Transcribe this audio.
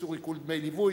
איסור עיקול דמי ליווי),